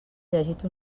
llegit